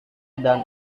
dan